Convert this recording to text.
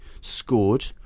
scored